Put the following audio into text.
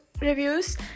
reviews